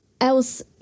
else